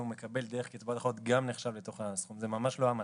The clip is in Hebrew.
זה ממש לא המצב.